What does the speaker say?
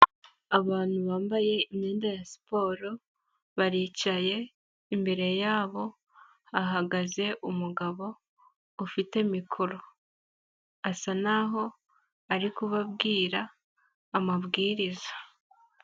Abantu bambaye imyenda ya siporo, baricaye, imbere yabo ahagaze umugabo ufite mikoro, asa n'aho arikubwira amabwiriza.